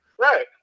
Right